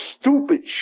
stupid